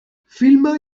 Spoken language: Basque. filma